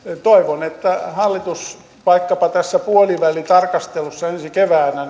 toivon että hallitus tämä hyvä hallitus vaikkapa tässä puolivälitarkastelussa ensi keväänä